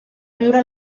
viure